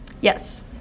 yes